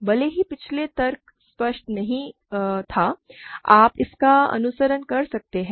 भले ही पिछला तर्क स्पष्ट नहीं था आप इसका अनुसरण कर सकते हैं